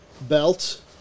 belt